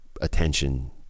attention